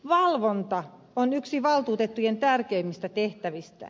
valvonta on yksi valtuutettujen tärkeimmistä tehtävistä